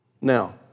Now